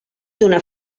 d’una